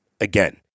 Again